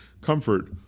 comfort